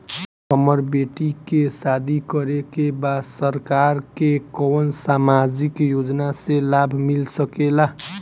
हमर बेटी के शादी करे के बा सरकार के कवन सामाजिक योजना से लाभ मिल सके ला?